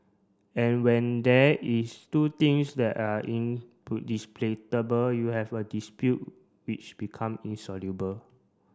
and when there is two things that are you have a dispute which become insoluble